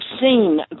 seen